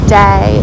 day